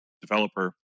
developer